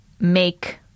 make